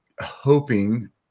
hoping